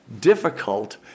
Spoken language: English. difficult